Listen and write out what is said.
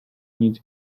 nic